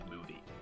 movie